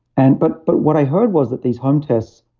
and, but but what i heard was that these home tests,